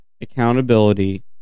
accountability